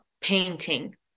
painting